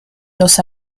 los